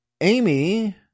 Amy